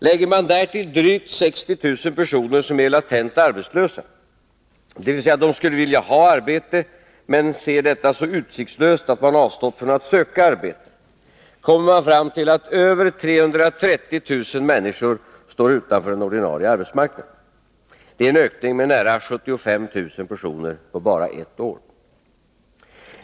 Lägger man därtill drygt 60 000 personer som är latent arbetslösa — dvs. de skulle vilja ha arbete, men sett detta så utsiktslöst att de avstått från att söka arbete — kommer man fram till att över 330 000 människor står utanför den ordinarie arbetsmarknaden. Det är en ökning med nära 75 000 personer på bara ett år.